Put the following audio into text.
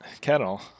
kettle